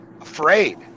afraid